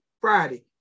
Friday